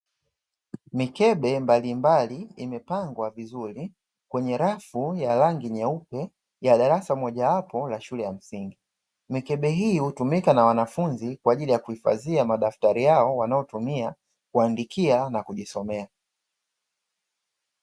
Mikebe mbalimbali imepangwa vizuri kwenye rafu ya rangi nyeupe ya darasa mojawapo la shule ya msingi, mikebe hii hutumika na wanafunzi kwa ajili ya kuhifadhia madaftari yao wanayoyatumia kuandikia na kujisomea.